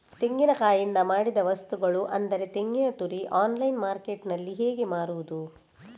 ತೆಂಗಿನಕಾಯಿಯಿಂದ ಮಾಡಿದ ವಸ್ತುಗಳು ಅಂದರೆ ತೆಂಗಿನತುರಿ ಆನ್ಲೈನ್ ಮಾರ್ಕೆಟ್ಟಿನಲ್ಲಿ ಹೇಗೆ ಮಾರುದು?